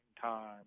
time